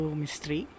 mystery